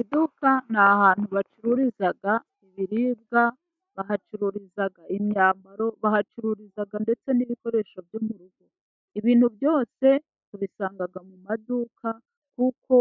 Iduka ni ahantu bacururizaga ibiribwa. Bahacururiza imyambaro, bahacururiza ndetse n'ibikoresho byo mu rug. Ibintu byose tubisanga mu maduka kuko